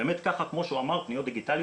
באמת ככה, כפי שהוא אמר, פניות דיגיטליות.